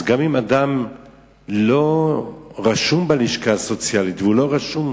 גם אם אדם לא רשום בלשכה הסוציאלית, והוא לא רשום